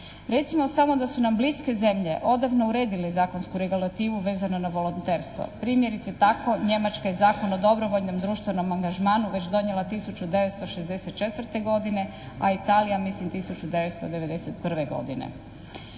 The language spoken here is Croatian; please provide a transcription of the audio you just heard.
Recimo samo da su nam bliske zemlje odavno uredile zakonsku regulativu vezano na volonterstvo. Primjerice tako Njemačka je Zakon o dobrovoljnom društvenom angažmanu već donijela 1964. godine a Italija mislim 1991. godine.